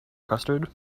custard